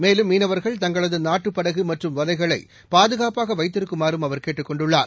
மேலும் மீனவர்கள் தங்களதுநாட்டுப் படகுமற்றும் வலைகளைபாதுகாப்பாகவைத்திருக்குமாறும் அவர் கேட்டுக் கொண்டுள்ளார்